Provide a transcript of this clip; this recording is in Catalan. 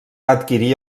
adquirir